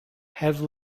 have